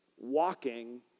walking